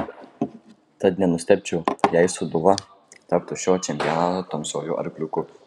tad nenustebčiau jei sūduva taptų šio čempionato tamsiuoju arkliuku